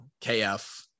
KF